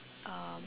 um